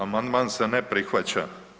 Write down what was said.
Amandman se ne prihvaća.